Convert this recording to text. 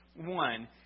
one